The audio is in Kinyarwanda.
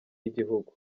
y’igihugu